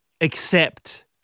accept